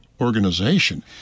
organization